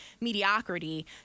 mediocrity